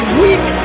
weak